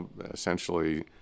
essentially